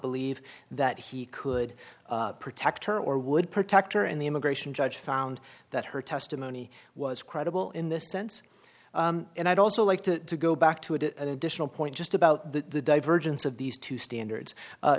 believe that he could protect her or would protect her and the immigration judge found that her testimony was credible in this sense and i'd also like to go back to add an additional point just about the divergence of these two standards